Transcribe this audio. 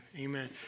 Amen